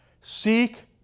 Seek